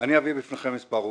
אני אביא בפניכם כמה עובדות.